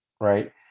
right